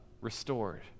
restored